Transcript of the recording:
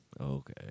Okay